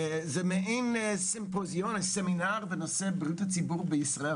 זה מעין סימפוזיון או סמינר בנושא בריאות הציבור בישראל.